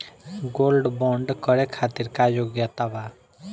Gold bond करे खातिर का योग्यता बा?